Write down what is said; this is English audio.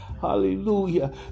hallelujah